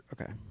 Okay